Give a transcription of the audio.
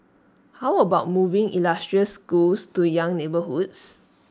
how about moving illustrious schools to young neighbourhoods